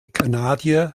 kanadier